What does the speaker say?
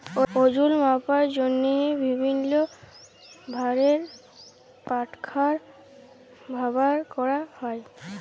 ওজল মাপার জ্যনহে বিভিল্ল্য ভারের বাটখারা ব্যাভার ক্যরা হ্যয়